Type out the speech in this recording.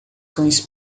cães